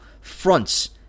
fronts